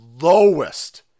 lowest